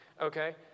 Okay